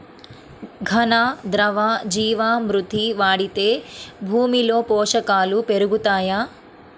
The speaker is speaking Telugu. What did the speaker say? ఘన, ద్రవ జీవా మృతి వాడితే భూమిలో పోషకాలు పెరుగుతాయా?